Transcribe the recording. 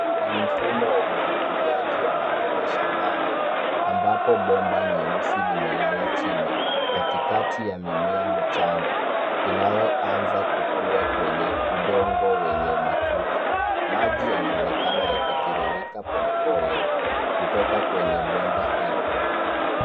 Ni mfumo wa umwagiliaji wa matone shambani ambapo bomba nyeusi limelala chini katikati ya mimea michanga inayoanza kukua kwenye udongo wenye matuta. Maji yanaonekana yakitiririka polepole kutoka kwenye bomba hilo.